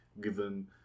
given